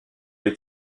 les